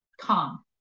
calm